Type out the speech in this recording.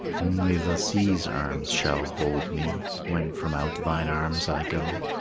only the sea's arms shall hold me, when from out thine arms i go.